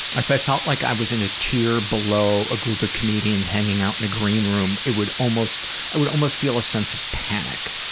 i felt like i was in a tier below a group of comedians hanging out in a green room, it would almost i would almost feel a sense of panic,